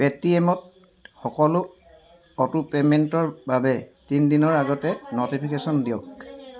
পে'টিএমত সকলো অটোপে'মেণ্টৰ বাবে তিনিদিনৰ আগতে ন'টিফিকেশ্যন দিয়ক